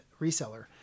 reseller